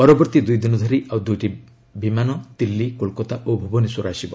ପରବର୍ତ୍ତୀ ଦୁଇଦିନ ଧରି ଆଉ ଦୁଇଟି ବିମାନ ଦିଲ୍ଲୀ କୋଲକାତା ଓ ଭୁବନେଶ୍ୱର ଆସିବ